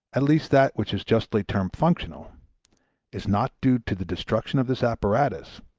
at least that which is justly termed functional is not due to the destruction of this apparatus,